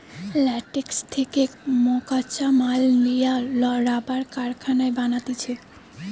latex থেকে মকাঁচা মাল লিয়া রাবার কারখানায় বানাতিছে